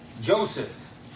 Joseph